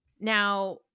Now